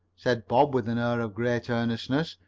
said bob, with an air of great earnestness,